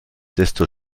desto